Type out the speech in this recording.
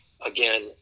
again